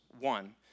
One